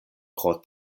pro